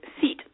seat